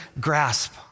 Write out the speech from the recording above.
grasp